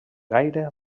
gaire